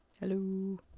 hello